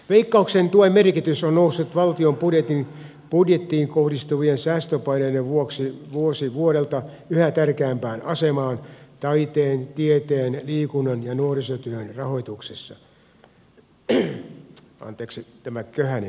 veikkauksen tuen merkitys on noussut valtion budjettiin kohdistuvien säästöpaineiden vuoksi vuosi vuodelta yhä tärkeämpään asemaan taiteen tieteen liikunnan ja nuorisotyön rahoituksessa